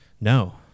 No